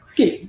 Okay